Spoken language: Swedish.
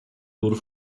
borde